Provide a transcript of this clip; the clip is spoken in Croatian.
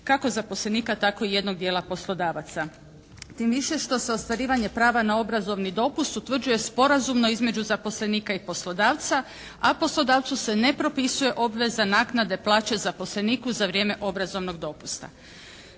kako zaposlenika tako i jednog dijela poslodavaca. Tim više što se ostvarivanje prava na obrazovni dopust utvrđuje sporazumno između zaposlenika i poslodavca, a poslodavcu se ne propisuje obveza naknade plaće zaposleniku za vrijeme obrazovnog dopusta.